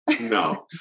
No